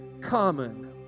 common